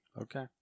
Okay